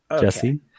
jesse